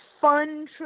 fun